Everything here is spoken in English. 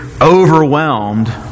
overwhelmed